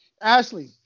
ashley